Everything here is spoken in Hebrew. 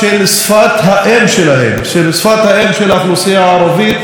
שפת האם של האוכלוסייה הערבית,